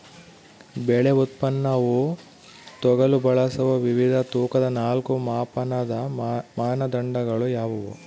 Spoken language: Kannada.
ಬೆಳೆ ಉತ್ಪನ್ನವನ್ನು ತೂಗಲು ಬಳಸುವ ವಿವಿಧ ತೂಕದ ನಾಲ್ಕು ಮಾಪನದ ಮಾನದಂಡಗಳು ಯಾವುವು?